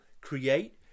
create